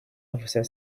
officer